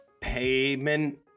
payment